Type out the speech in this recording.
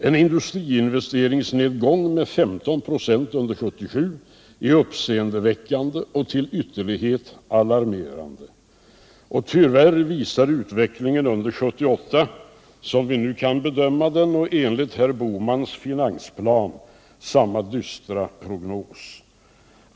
En industriinvesteringsnedgång med 13 96 under 1977 är uppseendeväckande och till ytterlighet alarmerande. Tyvärr visar utvecklingen under 1978, som vi nu kan bedöma den och enligt herr Bohmans finansplan, samma dystra prognos.